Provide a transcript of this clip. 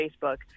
Facebook